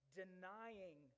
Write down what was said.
denying